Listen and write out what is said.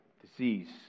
disease